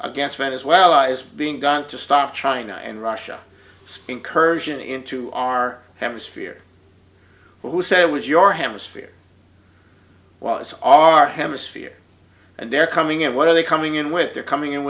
against man is well lies being done to stop china and russia spin kirsch and into our hemisphere who said it was your hemisphere was our hemisphere and they're coming in what are they coming in with they're coming in